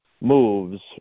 moves